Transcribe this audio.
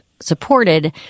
supported